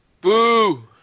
Boo